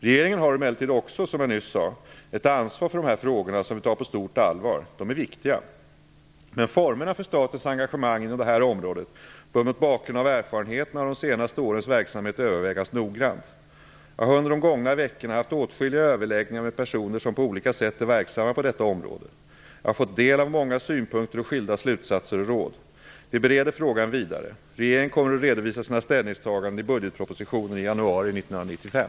Regeringen har emellertid också, som jag nyss sade, ett ansvar för de här frågorna som vi tar på stort allvar. De är viktiga. Men formerna för statens engagemang inom detta område bör mot bakgrund av erfarenheterna av de senaste årens verksamhet övervägas noggrant. Jag har under de gångna veckorna haft åtskilliga överläggningar med personer som på olika sätt är verksamma på detta område. Jag har fått del av många synpunkter och skilda slutsatser och råd. Vi bereder frågan vidare. Regeringen kommer att redovisa sina ställningstaganden i budgetpropositionen i januari 1995.